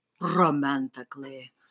romantically